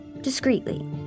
discreetly